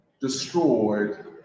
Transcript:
destroyed